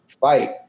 fight